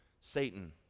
Satan